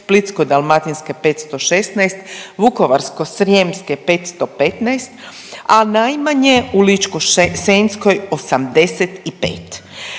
Splitsko-dalmatinske 516, Vukovarsko-srijemske 515, a najmanje u Ličko-senjskoj 85.